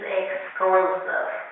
exclusive